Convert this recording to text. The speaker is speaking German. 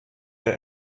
der